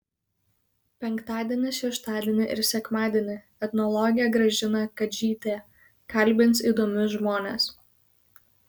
penktadienį šeštadienį ir sekmadienį etnologė gražina kadžytė kalbins įdomius žmones